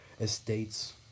estates